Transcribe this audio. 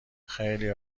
خیلی